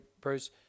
Bruce